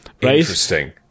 Interesting